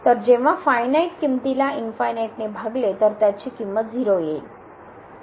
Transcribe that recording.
तर जेंव्हा फायनाईट किंमतीला भागले तर त्याची किंमत 0 येईल